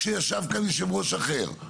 כשישב כאן יושב ראש אחר.